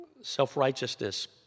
self-righteousness